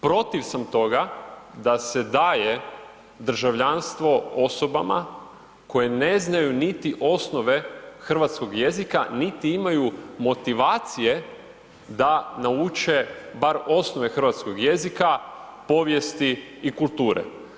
Protiv sam toga da se daje državljanstvo osobama koje ne znaju niti osnove hrvatskog jezika niti imaju motivacije da nauče bar osnove hrvatskog jezika, povijesti i kulture.